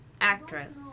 actress